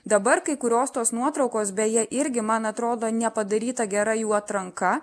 dabar kai kurios tos nuotraukos beje irgi man atrodo nepadaryta gera jų atranka